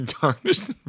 Darkness